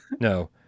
no